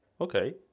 Okay